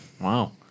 wow